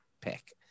pick